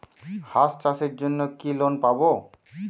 হাঁস চাষের জন্য কি লোন পাব?